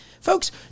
Folks